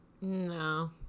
No